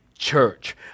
Church